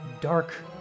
dark